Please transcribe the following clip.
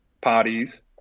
parties